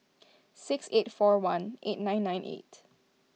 six eight four one eight nine nine eight